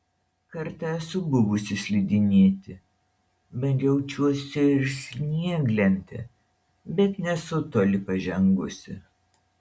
kartą esu buvusi slidinėti bandžiau čiuožti ir snieglente bet nesu toli pažengusi